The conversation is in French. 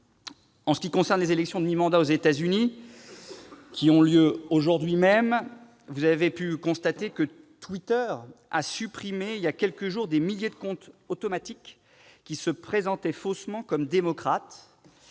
En ce qui concerne les élections de mi-mandat aux États-Unis, qui ont lieu aujourd'hui même, Twitter a supprimé il y a quelques jours des milliers de comptes automatiques qui se présentaient faussement comme démocrates